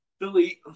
Delete